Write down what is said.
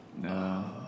No